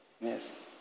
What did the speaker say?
Yes